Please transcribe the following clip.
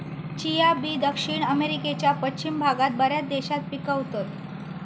chia बी दक्षिण अमेरिकेच्या पश्चिम भागात बऱ्याच देशात पिकवतत